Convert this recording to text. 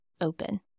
open